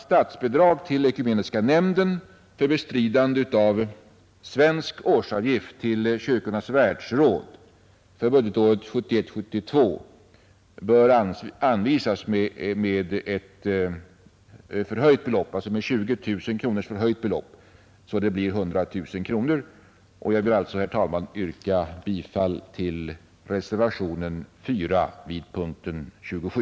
Statsbidrag till Svenska ekumeniska nämnden för bestridande av svensk årsavgift till Kyrkornas världsråd budgetåret 1971/72 bör anvisas med ett med 20 000 kronor förhöjt belopp, så att det utgår med 100 000 kronor. Jag yrkar sålunda bifall till reservationen 4 vid punkten 27.